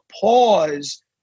pause